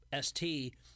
ST